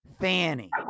Fanny